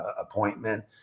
appointment